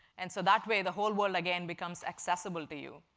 and so that way the whole world, again, becomes accessible to you.